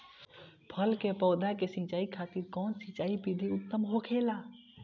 फल के पौधो के सिंचाई खातिर कउन सिंचाई विधि उत्तम होखेला?